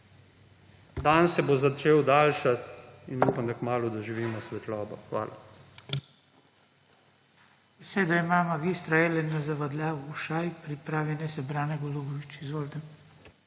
Dan se bo začel daljšat in upam, da kmalu doživimo svetlobo. Hvala.